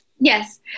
Yes